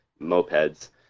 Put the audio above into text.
mopeds